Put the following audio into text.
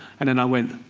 and then i went.